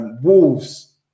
Wolves